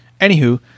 Anywho